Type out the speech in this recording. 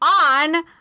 on